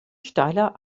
steiler